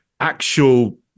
actual